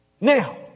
Now